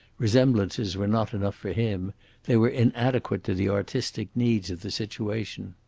resemblances were not enough for him they were inadequate to the artistic needs of the situation.